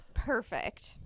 Perfect